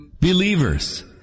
Believers